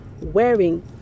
wearing